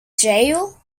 jail